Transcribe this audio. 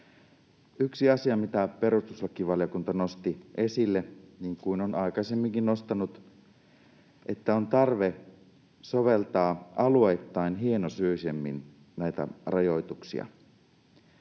Yksi asia, mitä perustuslakivaliokunta nosti esille, niin kuin on aikaisemminkin nostanut, on se, että on tarve soveltaa alueittain hienosyisemmin näitä rajoituksia.